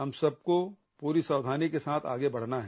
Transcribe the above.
हम सबको पूरी सावधानी के साथ आगे बढ़ना है